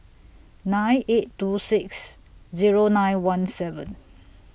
nine eight two six Zero nine one seven